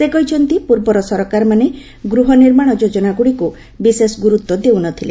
ସେ କହିଛନ୍ତି ପୂର୍ବର ସରକାରମାନେ ଗୃହନିର୍ମାଣ ଯୋଜନାଗୁଡ଼ିକୁ ବିଶେଷ ଗୁରୁତ୍ୱ ଦେଉ ନ ଥିଲେ